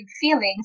feelings